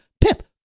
pip